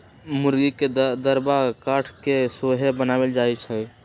मूर्गी के दरबा काठ से सेहो बनाएल जाए छै